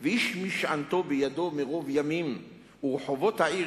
ואיש משענתו בידו מרב ימים ורחבות העיר